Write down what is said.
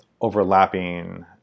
overlapping